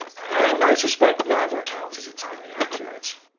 and i suspect neither account is entirely accurate.